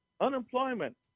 Unemployment